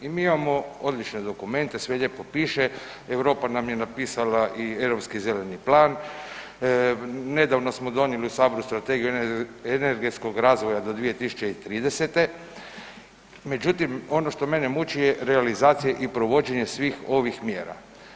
I mi imamo odlične dokumente, sve lijepo pište, Europa nam je napisala i europski zeleni plan, nedavno smo donijeli u Saboru Strategiju energetskog razvoja do 2030., međutim ono što mene muči je realizacija i provođenje svih ovih mjera.